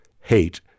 hate